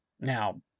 Now